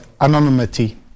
anonymity